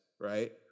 right